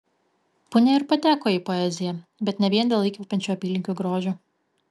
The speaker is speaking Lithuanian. punia ir pateko į poeziją bet ne vien dėl įkvepiančio apylinkių grožio